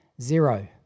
Zero